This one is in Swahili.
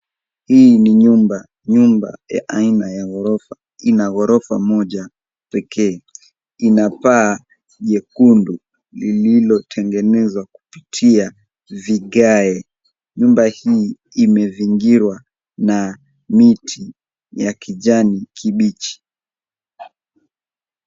Hii ni nyumba, nyumba ya aina ya ghorofa. Ina ghorofa moja pekee. Ina paa jekundu lililotengenezwa kupitia vigae. Nyumba hii imezingirwa na miti ya kijani kibichi.